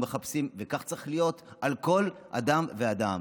וכך צריך להיות על כל אדם ואדם.